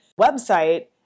website